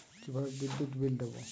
কিভাবে বিদ্যুৎ বিল দেবো?